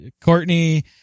courtney